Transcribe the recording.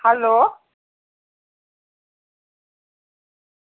hello